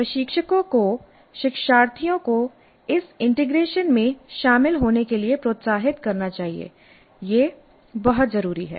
प्रशिक्षकों को शिक्षार्थियों को इस इंटीग्रेशन में शामिल होने के लिए प्रोत्साहित करना चाहिए यह बहुत जरूरी है